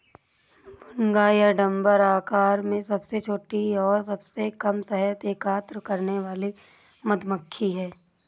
भुनगा या डम्भर आकार में सबसे छोटी और सबसे कम शहद एकत्र करने वाली मधुमक्खी है